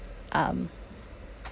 um